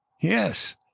Yes